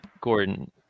Gordon